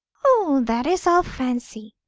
oh, that is all fancy!